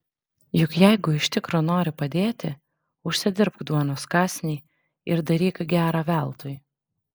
juk jeigu iš tikro nori padėti užsidirbk duonos kąsnį ir daryk gera veltui